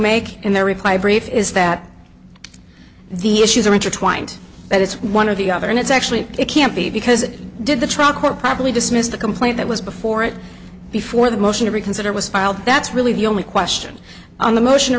make in their reply brief is that the issues are intertwined but it's one of the other and it's actually it can't be because it did the truck or probably dismissed the complaint that was before it before the motion to reconsider was filed that's really the only question on the motion